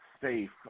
safe